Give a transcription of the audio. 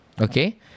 Okay